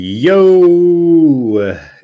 Yo